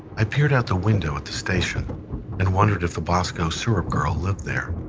i peered out the window at the station and wondered if the bosco syrup girl lived there.